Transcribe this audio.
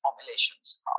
formulations